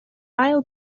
ail